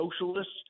socialists